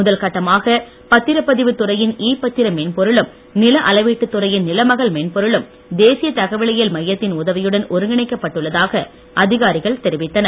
முதல் கட்டமாக பத்திரப்பதிவு துறையின் இ பத்திரம் மென்பொருளும் நில அளவீட்டுத் துறையின் நிலமகள் மென்பொருளும் தேசிய தகவலியல் மையத்தின் உதவியுடன் ஒருங்கிணைக்கப்பட்டுள்ளதாக அதிகாரிகள் தெரிவித்தனர்